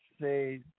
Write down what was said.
say